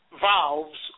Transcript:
valves